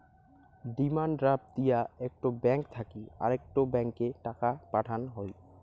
demand draft দিয়া একটো bank থাকি আরেকটো ব্যাংকে টাকা পাঠান হই